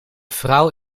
vrouw